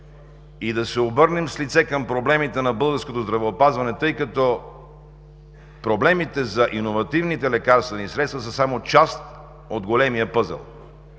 и да се обърнем с лице към проблемите на българското здравеопазване, тъй като проблемите за иновативните лекарствени средства са само част от големия пъзел